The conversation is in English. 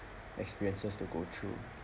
experiences to go through